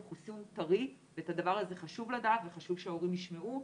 חיסון טרי ואת הדבר הזה חשוב לדעת וחשוב שההורים ישמעו,